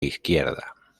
izquierda